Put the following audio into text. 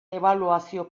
ebaluazio